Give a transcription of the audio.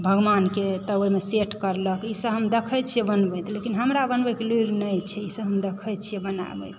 भगवानके तब ओहिमे सेट करलक ईसभ हम देखय छियै बनबैत लेकिन हमरा बनबयके लुरि नहि छै ईसभ हम देखय छियै बनाबैत